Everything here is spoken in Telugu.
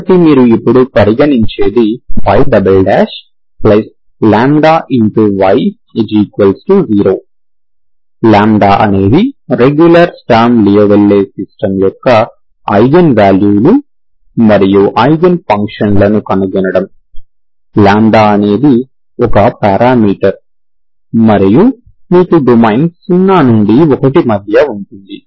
కాబట్టి మీరు ఇప్పుడు పరిగణించేది y y0 λ అనేది రెగ్యులర్ స్టర్మ్ లియోవిల్లే సిస్టమ్ యొక్క ఐగెన్ వాల్యూలు మరియు ఐగెన్ ఫంక్షన్లను కనుగొనడం λ అనేది ఒక పారామీటర్ మరియు మీకు డొమైన్ 0 నుండి 1 మధ్య ఉంటుంది